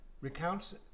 recounts